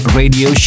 radio